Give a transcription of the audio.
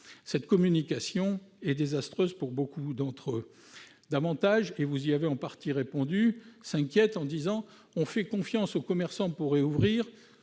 Cette communication est désastreuse pour beaucoup d'entre eux. Davantage- et vous leur avez en partie répondu -s'inquiètent en disant :« On fait confiance aux commerçants pour rouvrir,